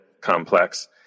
complex